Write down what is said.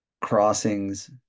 crossings